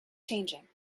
changing